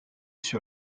sur